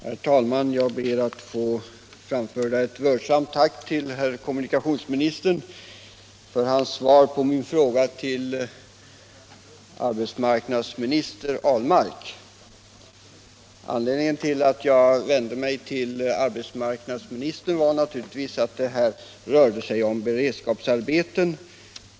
Herr talman! Jag ber att få framföra ett vördsamt tack till herr kommunikationsministern för hans svar på min fråga till arbetsmarknadsministern Ahlmark. Anledningen till att jag vände mig till arbetsmarknadsministern var naturligtvis att det här rör sig om beredskapsarbeten.